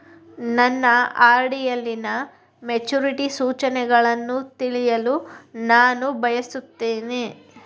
ನನ್ನ ಆರ್.ಡಿ ಯಲ್ಲಿನ ಮೆಚುರಿಟಿ ಸೂಚನೆಯನ್ನು ತಿಳಿಯಲು ನಾನು ಬಯಸುತ್ತೇನೆ